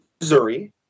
Missouri